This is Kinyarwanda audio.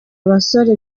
abasore